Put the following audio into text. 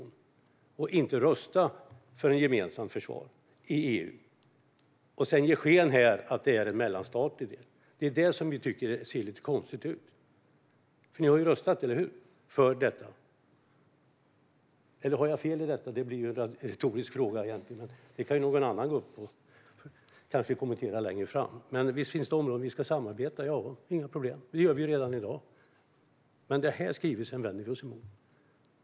Man borde inte rösta för ett gemensamt försvar i EU och sedan ge sken av att det är något mellanstatligt. Det är det som vi tycker ser lite konstigt ut, för ni har ju röstat för detta - eller har jag fel? Det blir en retorisk fråga, men någon annan kan gå upp och kommentera det här längre fram. Visst finns det områden där vi ska samarbeta. Inga problem - det gör vi redan i dag. Men den här skrivelsen vänder vi oss emot.